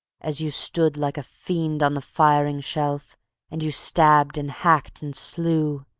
as you stood like a fiend on the firing-shelf and you stabbed and hacked and slew.